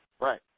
Right